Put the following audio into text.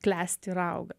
klesti ir auga